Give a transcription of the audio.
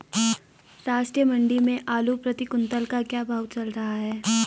राष्ट्रीय मंडी में आलू प्रति कुन्तल का क्या भाव चल रहा है?